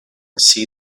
see